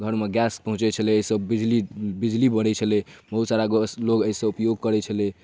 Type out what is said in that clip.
घरमे गैस पहुँचै छ्लै एहिसँ बिजली बिजली बनै छ्लै बहुत सारा लोक एहिसँ उपयोग करै छलै